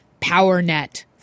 PowerNet